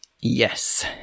Yes